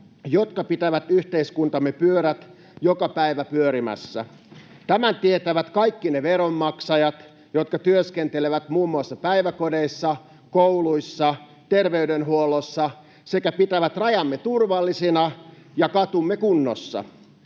jotka pitävät yhteiskuntamme pyörät joka päivä pyörimässä. Tämän tietävät kaikki ne veronmaksajat, jotka työskentelevät muun muassa päiväkodeissa, kouluissa ja terveydenhuollossa sekä pitävät rajamme turvallisina ja katumme kunnossa.